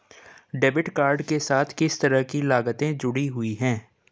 Debit card के साथ किस तरह की लागतें जुड़ी हुई हैं?